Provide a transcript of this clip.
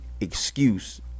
excuse